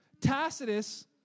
Tacitus